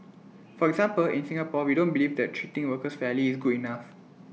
for example in Singapore we don't believe that treating workers fairly is good enough